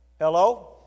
Hello